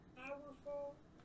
powerful